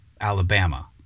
Alabama